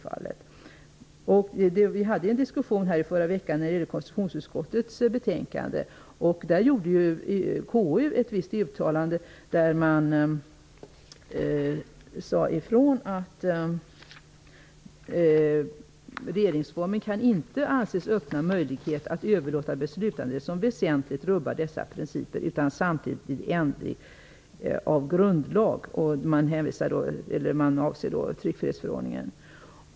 I en diskussion i förra veckan med anledning av konstitutionsutskottets betänkande uttalade KU att regeringsformen inte kan anses öppna en möjlighet att överlåta beslutande som väsentligt rubbar dessa principer utan att samtidigt göra en ändring av grundlag. Man avsåg då tryckfrihetsförordningen.